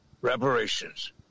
reparations